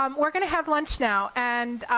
um we're gonna have lunch now, and